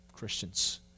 Christians